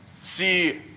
see